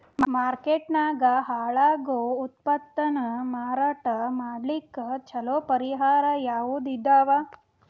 Market ನಾಗ ಹಾಳಾಗೋ ಉತ್ಪನ್ನ ಮಾರಾಟ ಮಾಡಲಿಕ್ಕ ಚಲೋ ಪರಿಹಾರ ಯಾವುದ್ ಇದಾವ?